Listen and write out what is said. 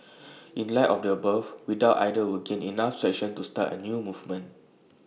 in light of the above we doubt either will gain enough traction to start A new movement